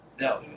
No